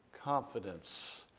Confidence